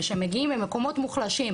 ב --- של השירות הצבאי.